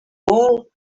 all